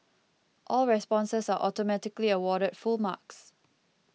all responses are automatically awarded full marks